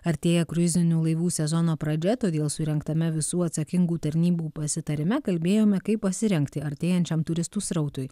artėja kruizinių laivų sezono pradžia todėl surengtame visų atsakingų tarnybų pasitarime kalbėjome kaip pasirengti artėjančiam turistų srautui